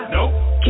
Nope